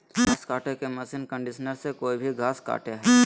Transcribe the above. घास काटे के मशीन कंडीशनर से कोई भी घास कटे हइ